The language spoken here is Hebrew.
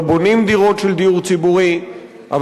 לא בונים דירות של דיור ציבורי אבל